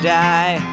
die